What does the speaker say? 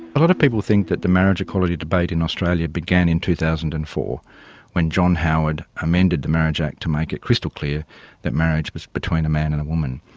a lot of people think that the marriage equality debate in australia began in two thousand and four when john howard amended the marriage act to make it crystal clear that marriage is but between a man and a woman.